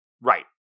Right